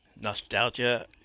Nostalgia